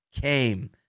came